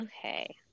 okay